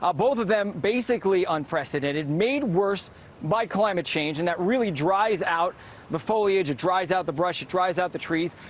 ah both of them basically unprecedented, made worse by climate change. and that really dries out the foliage. it dries out the brush. it dries out the trees.